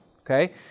okay